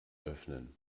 öffnen